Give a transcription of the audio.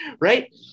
right